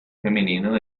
femenino